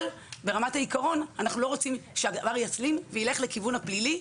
ברמת העיקרון אנחנו לא רוצים שהדבר יסלים וילך לכיוון הפלילי.